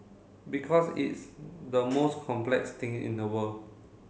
because it's the most complex thing in the world